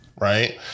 right